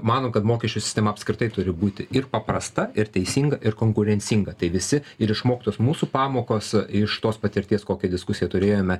manom kad mokesčių sistema apskritai turi būti ir paprasta ir teisinga ir konkurencinga tai visi ir išmoktos mūsų pamokos iš tos patirties kokią diskusiją turėjome